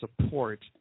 support